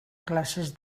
classes